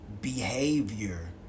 behavior